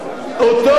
אז תתקן גם את זה.